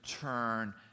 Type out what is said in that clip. turn